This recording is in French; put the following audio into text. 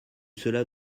cela